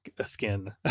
skin